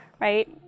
Right